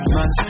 Man